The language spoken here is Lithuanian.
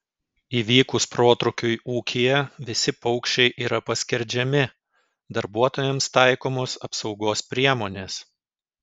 įvykus protrūkiui ūkyje visi paukščiai yra paskerdžiami darbuotojams taikomos apsaugos priemonės